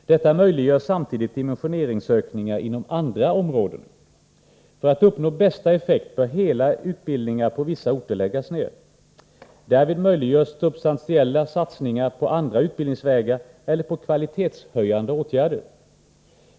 Detta möjliggör samtidigt dimensioneringsökningar inom andra områden. För att uppnå bästa effekt bör hela utbildningar på vissa orter läggas ned. Därvid möjliggörs substantiella satsningar på andra utbildningsvägar eller på kvalitetshöjande åtgärder.